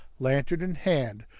lantern in hand,